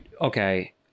Okay